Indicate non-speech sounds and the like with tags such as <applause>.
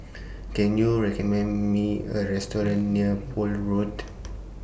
Can YOU recommend Me A Restaurant near Poole Road <noise>